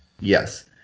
Yes